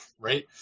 Right